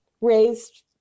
raised